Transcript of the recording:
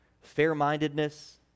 fair-mindedness